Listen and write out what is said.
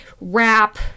rap